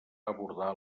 abordar